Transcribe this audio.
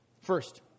First